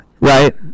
Right